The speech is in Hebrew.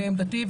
לעמדתי,